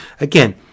again